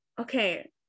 Okay